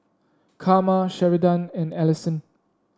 Karma Sheridan and Allyson